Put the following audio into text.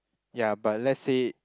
ya but let's say